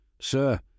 Sir